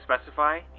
specify